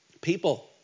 people